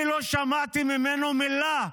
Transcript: אני לא שמעתי ממנו מילה,